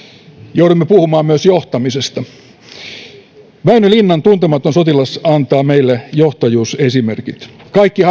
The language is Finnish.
joudumme puhumaan myös johtamisesta väinö linnan tuntematon sotilas antaa meille johtajuusesimerkit kaikki